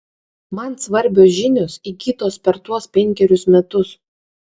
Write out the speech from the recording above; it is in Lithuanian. man svarbios žinios įgytos per tuos penkerius metus